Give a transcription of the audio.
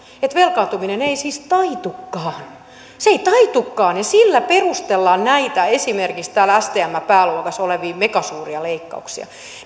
että velkaantuminen ei siis taitukaan se ei taitukaan mutta sillä perustellaan näitä esimerkiksi täällä stmn pääluokassa olevia megasuuria leikkauksia